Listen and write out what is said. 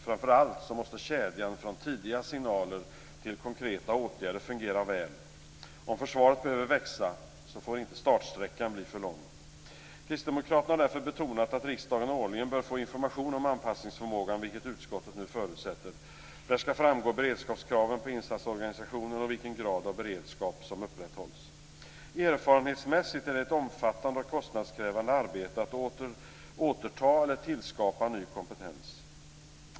Framför allt måste kedjan från tidiga signaler till konkreta åtgärder fungera väl. Om försvaret behöver växa får inte startsträckan bli för lång. Kristdemokraterna har därför betonat att riksdagen årligen bör få information om anpassningsförmågan, vilket utskottet nu förutsätter. Där skall framgå beredskapskraven på insatsorganisationen och vilken grad av beredskap som upprätthålls. Erfarenhetsmässigt är det ett omfattade och kostnadskrävande arbete att återta eller tillskapa ny kompetens.